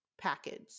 package